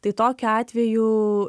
tai tokiu atveju